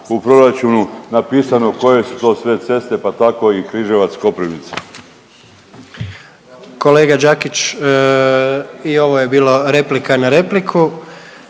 u proračunu napisano koje su to sve ceste, pa tako i križevac Koprivnica. **Jandroković, Gordan (HDZ)** Kolega Đakić i ovo je bilo replika na repliku.